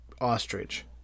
ostrich